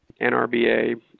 NRBA